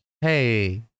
Hey